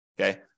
okay